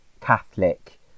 Catholic